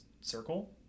circle